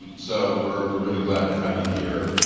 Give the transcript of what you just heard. and so we're we're really glad to have you here.